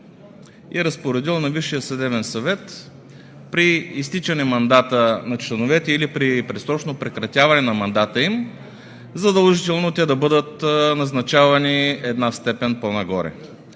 и разпоредил на Висшия съдебен съвет при изтичане мандата на членовете или при предсрочно прекратяване на мандата им задължително те да бъдат назначавани една степен по-нагоре.